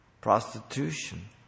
prostitution